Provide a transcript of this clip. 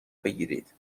بگیرید